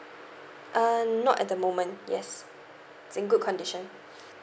uh not at the moment yes it's in good condition